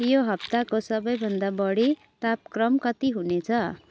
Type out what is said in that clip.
यो हप्ताको सबैभन्दा बढी तापक्रम कति हुनेछ